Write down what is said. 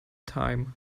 time